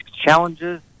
challenges